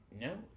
no